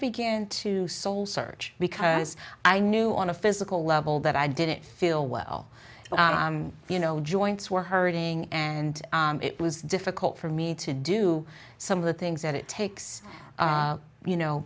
began to soul search because i knew on a physical level that i didn't feel well you know joints were hurting and it was difficult for me to do some of the things that it takes you know